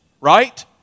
right